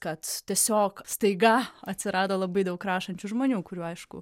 kad tiesiog staiga atsirado labai daug rašančių žmonių kurių aišku